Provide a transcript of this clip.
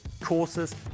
courses